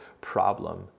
problem